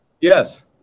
Yes